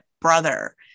brother